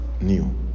new